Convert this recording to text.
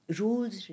rules